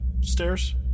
Stairs